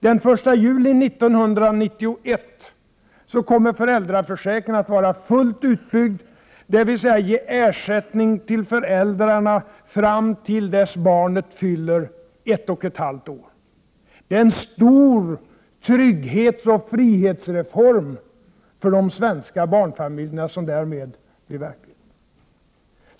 Den 1 juli 1991 kommer föräldraförsäkringen att vara fullt utbyggd, dvs. ge ersättning till föräldrarna fram till dess barnet blir ett och ett halvt år. Det är en stor trygghetsoch frihetsreform för de svenska barnfamiljerna som därmed blir verklighet.